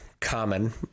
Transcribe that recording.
common